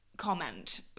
comment